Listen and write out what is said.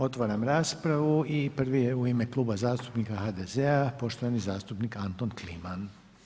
Otvaram raspravu i prvi je u ime Kluba zastupnika HDZ-a poštovani zastupnik Anton Kliman.